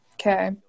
Okay